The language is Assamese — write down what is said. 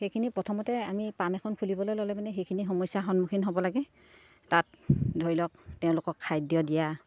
সেইখিনি প্ৰথমতে আমি পাম এখন ফুলিবলৈ ল'লে মানে সেইখিনি সমস্যাৰ সন্মুখীন হ'ব লাগে তাত ধৰি লওক তেওঁলোকক খাদ্য দিয়া